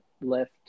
left